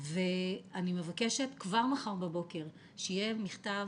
אני מבקשת כבר מחר בבוקר שיהיה מכתב